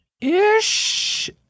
ish